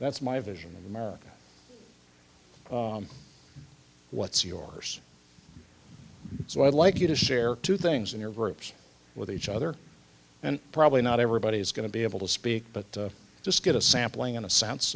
that's my vision america what's yours so i'd like you to share two things in your groups with each other and probably not everybody is going to be able to speak but just get a sampling in a sense